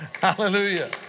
Hallelujah